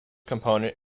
component